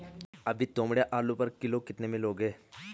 अभी तोमड़िया आलू पर किलो कितने में लोगे?